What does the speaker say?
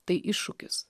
tai iššūkis